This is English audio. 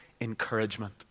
encouragement